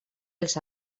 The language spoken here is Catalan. els